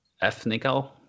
ethnical